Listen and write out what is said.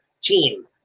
team